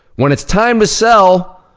when it's time to sell,